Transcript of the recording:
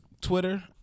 Twitter